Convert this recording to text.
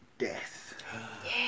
Death